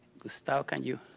gustavo, can you